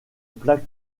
plaque